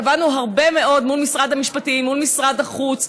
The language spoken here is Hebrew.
עבדנו הרבה מאוד מול משרד המשפטים, מול משרד החוץ.